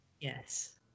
Yes